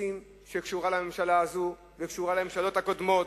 זאת מדיניות של מסים שקשורה לממשלה הזאת ולממשלות הקודמות.